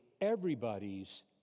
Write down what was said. everybody's